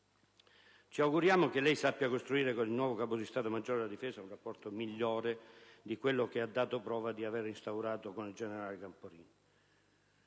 Ci auguriamo che lei sappia costruire col nuovo Capo di stato maggiore della difesa un rapporto migliore di quello che ha dato prova di aver instaurato con il generale Camporini.